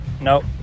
Nope